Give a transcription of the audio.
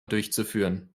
durchzuführen